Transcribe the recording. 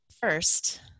first